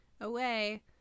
away